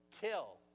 Kill